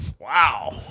Wow